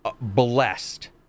blessed